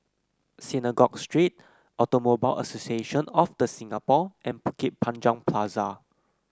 Synagogue Street Automobile Association of The Singapore and Bukit Panjang Plaza